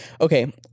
Okay